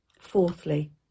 fourthly